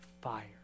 fire